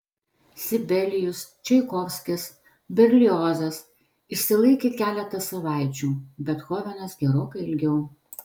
sibelijus čaikovskis berliozas išsilaikė keletą savaičių bethovenas gerokai ilgiau